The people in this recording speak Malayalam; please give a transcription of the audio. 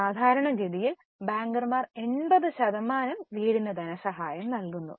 സാധാരണഗതിയിൽ ബാങ്കർമാർ 80 ശതമാനം വീടിന് ധനസഹായം നൽകുന്നു